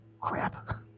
Crap